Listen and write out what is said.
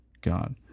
god